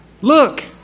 Look